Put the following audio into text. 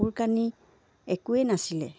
কাপোৰ কানি একোৱেই নাছিলে